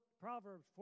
Proverbs